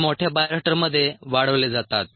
हे मोठ्या बायोरिएक्टरमध्ये वाढवले जातात